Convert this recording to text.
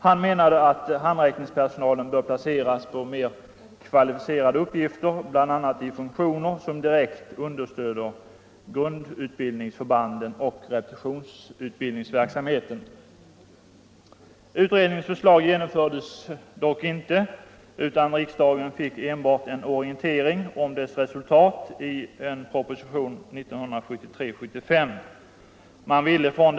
Han menade att handräckningspersonalen bör placeras på mer kvalificerade uppgifter, bl.a. i funktioner som direkt understöder grundutbildningsförbanden och repetitionsutbildningsverksamheten. Utredningens förslag genomfördes dock inte, utan riksdagen fick i propositionen 75 år 1973 enbart en orientering om utredningens resultat.